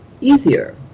easier